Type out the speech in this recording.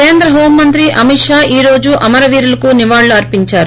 కేంద్ర హోం మంత్రి అమిత్ షా ఈ రోజు అమరవీరులకు నివాళులు అర్పించారు